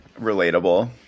relatable